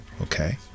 okay